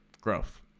growth